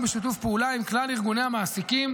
בשיתוף פעולה עם כלל ארגוני המעסיקים